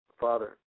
Father